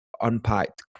unpacked